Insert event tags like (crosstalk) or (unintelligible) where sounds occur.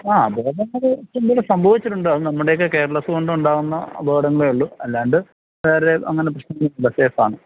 ആ അതുപോലെ (unintelligible) സംഭവിച്ചിട്ടുണ്ട് അത് നമ്മുടെ ഒക്കെ കെയർലെസ്സ് കൊണ്ട് ഉണ്ടാവുന്ന അപകടങ്ങളേ ഉള്ളൂ അല്ലാണ്ട് വേറെ അങ്ങനെ പ്രശ്നം ഒന്നുമില്ല സേഫ് ആണ്